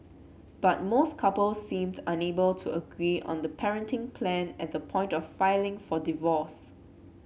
but most couples seemed unable to agree on the parenting plan at the point of filing for divorce